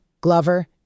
Glover